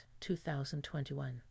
2021